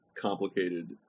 complicated